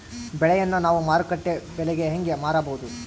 ಬೆಳೆಯನ್ನ ನಾವು ಮಾರುಕಟ್ಟೆ ಬೆಲೆಗೆ ಹೆಂಗೆ ಮಾರಬಹುದು?